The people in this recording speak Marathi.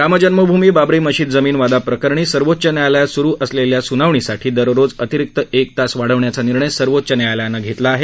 रामजन्मभूमी बाबरी मशिद जमीन वादाप्रकरणी सर्वोच्च न्यायालयात सुरु असलेली सुनावणीसाठी दररोज अतिरिक्त एक तास वाढवण्याचा निर्णय सर्वोच्च न्यायालयानं घेतला आहे